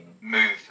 move